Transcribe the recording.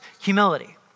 humility